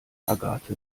agathe